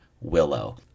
Willow